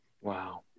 Wow